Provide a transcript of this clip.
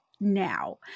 now